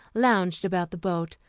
lounged about the boat,